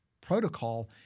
protocol